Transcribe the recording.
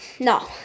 No